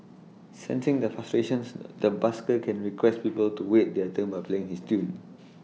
sensing the frustrations the busker can request people to wait their turn by playing this tune